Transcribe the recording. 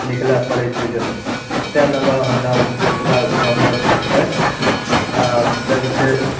निकलए पड़ै छै जे एत्तए लगाउ हमरा ओकरा जानवरसे छै आ डौगी छै